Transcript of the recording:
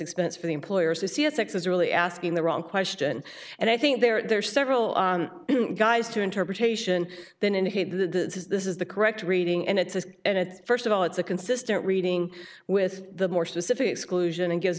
expense for the employers to see if x is really asking the wrong question and i think there are several guys to interpretation than indicate the this is the correct reading and it says and it's first of all it's a consistent reading with the more specific seclusion and gives